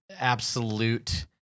absolute